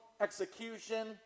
execution